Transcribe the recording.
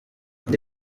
indi